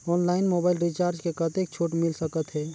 Online mobile recharge मे कतेक छूट मिल सकत हे?